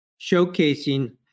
showcasing